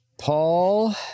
Paul